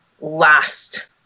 last